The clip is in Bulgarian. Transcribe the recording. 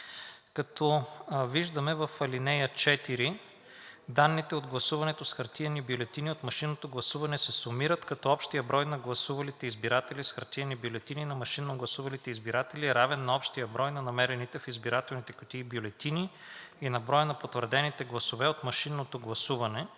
като виждаме в ал. 4: „(4) Данните от гласуването с хартиени бюлетини и от машинното гласуване се сумират, като общият брой на гласувалите избиратели с хартиени бюлетини и на машинно гласувалите избиратели е равен на общия брой на намерените в избирателните кутии бюлетини и на броя на потвърдените гласове от машинното гласуване.“